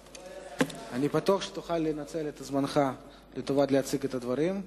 אני בטוח שתוכל לנצל את זמנך לטובת הצגת הדברים.